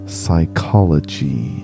psychology